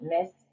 Miss